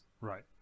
Right